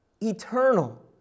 eternal